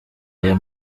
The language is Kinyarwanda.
aya